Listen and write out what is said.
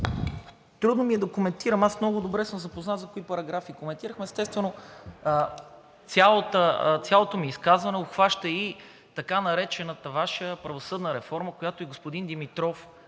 трудно ми е да коментирам, аз много добре съм запознат за кои параграфи коментирах. Естествено, цялото ми изказване обхваща и така наречената Ваша правосъдна реформа, която и господин Димитров,